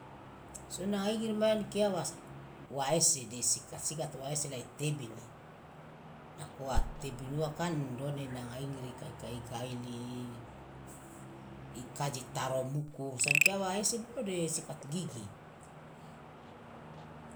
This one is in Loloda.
So nanga igiri mana ankia wa wa ese de sikat sikat wa ese la itebini nako wa tebinuwa kan done nanga ingiri ka kai gai- gaili ikaje taromuku so ankia wa ese bolo de sikat gigi.